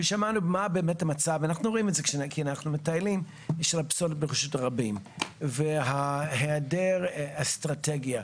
מה באמת המצב של הפסולת ברשות הרבים והעדר האסטרטגיה?